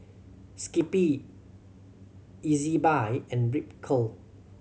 Skippy Ezbuy and Ripcurl